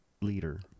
leader